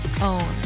own